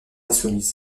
insoumis